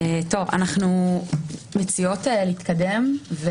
אנחנו מציעות להתקדם.